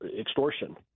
Extortion